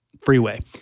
freeway